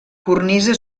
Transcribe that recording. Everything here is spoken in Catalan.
cornisa